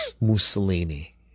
Mussolini